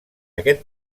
aquest